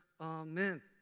Amen